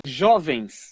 jovens